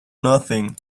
nothing